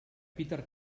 peter